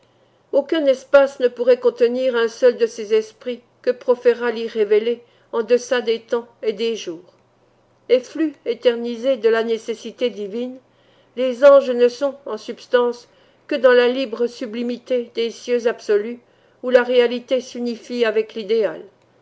aucun espace ne pourrait contenir un seul de ces esprits que proféra l'irrévélé en deçà des temps et des jours efflux éternisés de la nécessité divine les anges ne sont en substance que dans la libre sublimité des cieux absolus où la réalité s'unifie avec l'idéal